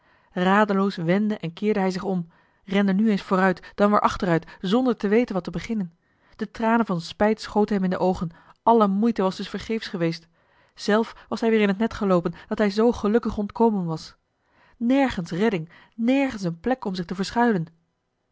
radeloos wendde en keerde hij zich om rende nu eens vooruit dan weer achteruit zonder te weten wat te beginnen de tranen van spijt schoten hem in de oogen alle moeite was dus vergeefsch geweest zelf was hij weer in t net geloopen dat hij zoo gelukkig ontkomen was nergens redding nergens eene plek om zich te verschuilen